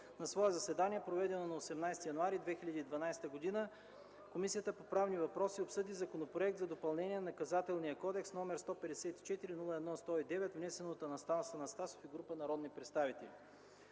„На свое заседание, проведено на 18 януари 2012 г., Комисията по правни въпроси обсъди Законопроект за допълнение на Наказателния кодекс, № 154-01-109, внесен от Анастас Анастасов и група народни представители.